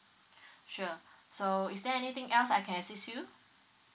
sure so is there anything else I can assist you